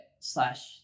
slash